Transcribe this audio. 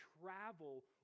travel